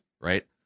right